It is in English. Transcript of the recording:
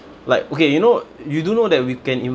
like okay you know you do know that we can